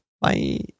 Bye